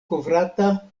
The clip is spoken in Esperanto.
kovrata